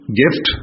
gift